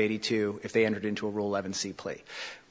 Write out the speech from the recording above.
eighty two if they entered into a roulette and see plea